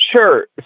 Sure